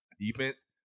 defense